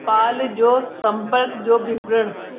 पाल जो संपर्क जो विवरण